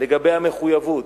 לגבי המחויבות,